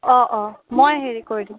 অ অ মই হেৰি কৰি দিম